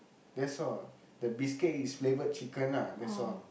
that's all the biscuit is flavoured chicken ah that's all